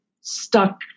stuck